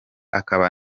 akaba